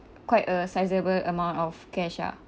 quite a sizable amount of cash ah